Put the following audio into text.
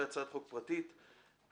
והצעת חוק פרטית פ/5835,